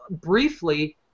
briefly